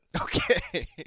Okay